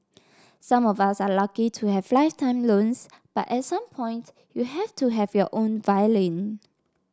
some of us are lucky to have lifetime loans but at some point you have to have your own violin